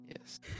yes